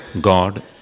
God